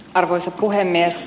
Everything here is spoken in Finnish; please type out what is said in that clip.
arvoisa puhemies